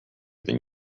than